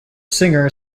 singer